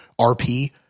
RP